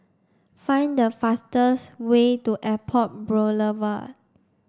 find the fastest way to Airport Boulevard